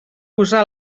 posar